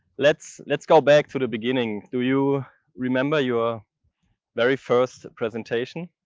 let's let's go back to the beginning. do you remember your very first presentation?